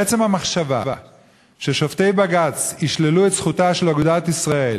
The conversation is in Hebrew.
עצם המחשבה ששופטי בג"ץ ישללו את זכותה של אגודת ישראל